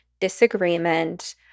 disagreement